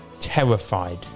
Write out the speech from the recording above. terrified